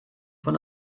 von